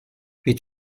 wird